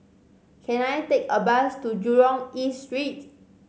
can I take a bus to Jurong East Street